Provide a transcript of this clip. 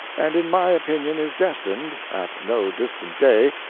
and in my opinion is destined, at no distant day,